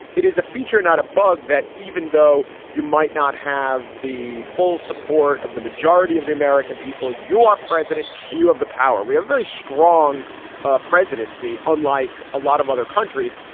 it is a feature, not a bug, that even though you might not have the full support of the majority of the american people, you are president and you have the power. we have very strong ah presidency, unlike a lot of other countries,